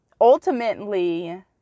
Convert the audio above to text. ultimately